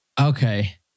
Okay